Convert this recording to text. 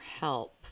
help